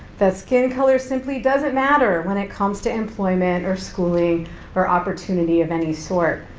that skin color simply doesn't matter when it comes to employment or schooling or opportunity of any sort,